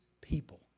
people